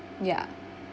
ya